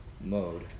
mode